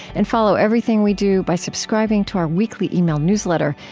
and follow everything we do by subscribing to our weekly email newsletter.